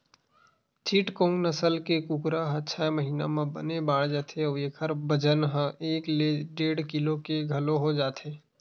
चिटगोंग नसल के कुकरा ह छय महिना म बने बाड़ जाथे अउ एखर बजन ह एक ले डेढ़ किलो के घलोक हो जाथे